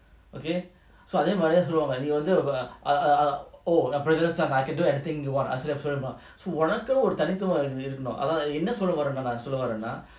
okay so அதேமாதிரிதான்சொல்வாங்கநீவந்து:adhe madhirithan solvanga nee vandhu err err err oh I'm president son I can do anything you want உனக்குன்னுஒருதனித்துவம்இருக்கணும்நான்என்னசொல்லவறேனாசொல்லவறேனா:unakunu oru thanithuvam irukanum nan enna solla varena solla varena